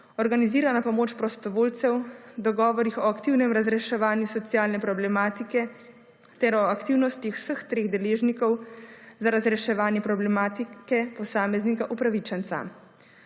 organizirana pomoč prostovoljcev, dogovorih o aktivnem razreševanju socialne problematike ter o aktivnostih vseh treh deležnikov za razreševanje problematike posameznega upravičenca.